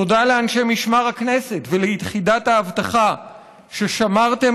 תודה לאנשי משמר הכנסת וליחידת האבטחה על ששמרתם